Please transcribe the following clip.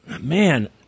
man